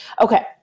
Okay